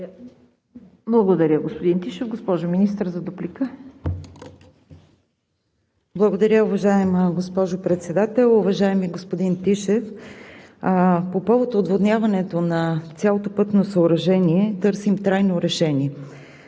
Благодаря, господин Тишев. Госпожо Министър – за дуплика. МИНИСТЪР ПЕТЯ АВРАМОВА: Благодаря, уважаема госпожо Председател. Уважаеми господин Тишев, по повод отводняването на цялото пътно съоръжение търсим трайно решение.